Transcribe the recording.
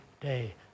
day